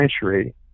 century